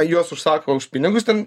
juos užsako už pinigus ten